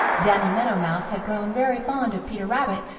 danny meadow mouse had grown very fond of peter rabbit,